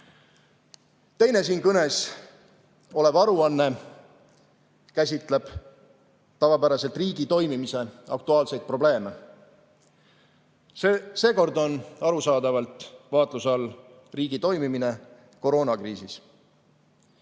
võtab. Teine siin kõneks olev aruanne käsitleb tavapäraselt riigi toimimise aktuaalseid probleeme. Seekord on arusaadavalt vaatluse all riigi toimimine koroonakriisis.